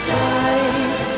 tight